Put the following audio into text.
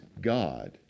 God